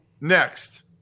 next